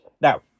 Now